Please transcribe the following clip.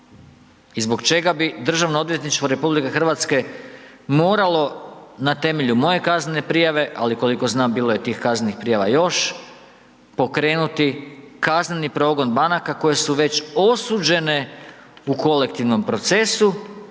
i zbog čega bi Državno odvjetništvo RH moralo na temelju moje kaznene prijave, ali koliko znam, bilo je tih kaznenih prijava još, pokrenuti kazneni progon banaka koje su već osuđene u kolektivnom procesu